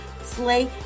slay